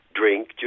drink